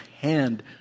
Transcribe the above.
hand